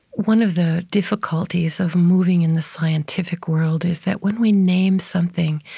one of the difficulties of moving in the scientific world is that when we name something,